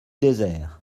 désert